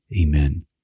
Amen